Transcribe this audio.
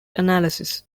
analysis